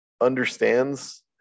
understands